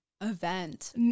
event